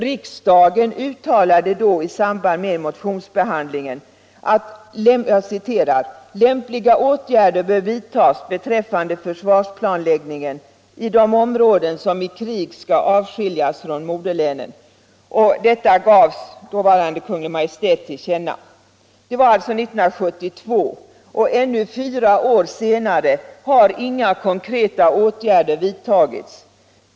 Riksdagen uttalade då i samband med mo tionsbehandlingen att ”lämpliga åtgärder bör vidtas beträffande försvarsplanläggningen i de områden som i krig skall avskiljas från moderlänen”. Detta gavs Kungl. Maj:t till känna. Detta hände alltså 1972. Ännu fyra år senare har inga konkreta åtgärder vidtagits.